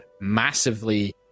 massively